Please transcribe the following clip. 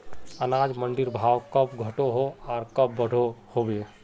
अनाज मंडीर भाव कब घटोहो आर कब बढ़ो होबे?